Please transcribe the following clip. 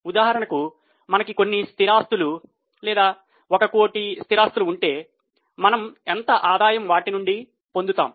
ఉదాహరణకు మనకి కొన్ని స్థిరాస్తులు లేదా ఒక కోటి స్థిరాస్తులు ఉంటే మనం ఎంత ఆదాయం వాటినుండి పొందుతాం